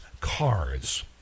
cars